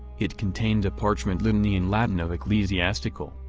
it contained a parchment litany in latin of ecclesiastical,